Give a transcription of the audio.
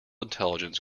intelligence